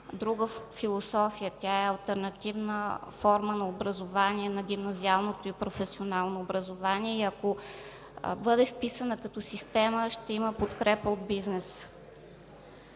друга философия, тя е алтернативна форма на образование – на гимназиалното и професионално образование, и ако бъде вписана като система, ще има подкрепа от бизнеса.